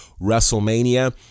WrestleMania